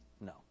No